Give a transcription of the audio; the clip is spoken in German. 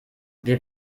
wir